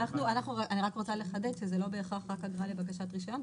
אני רוצה לחדד ולומר שזה לא בהכרח רק אגרה לבקשת רישיון.